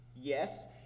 Yes